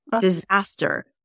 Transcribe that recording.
disaster